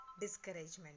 discouragement